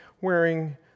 wearing